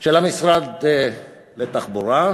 של המשרד לתחבורה,